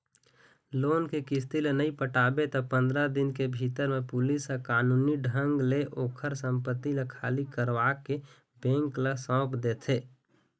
loan के किस्ती ल नइ पटाबे त पंदरा दिन के भीतर म पुलिस ह कानूनी ढंग ले ओखर संपत्ति ल खाली करवाके बेंक ल सौंप देथे